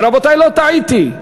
ורבותי, לא טעיתי.